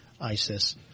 ISIS